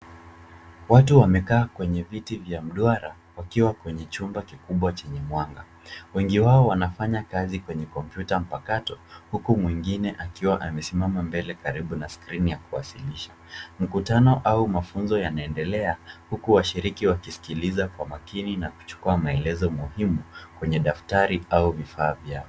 Watu wamekaa kwenye vitu vya mduara wakiwa kwenye chumba kikubwa chenye mwanga. Wengi wao wanafanya kazi kwenye kompyuta mpakato huku mwengine akiwa amesimama mbele karibu na skrini ya kuwasilisha. Mkutano au masomo yanaendelea huku washiriki wakisikiliza kwa makini na kuchukua maelezo muhimu kwenye daftaria au vifaa vyao.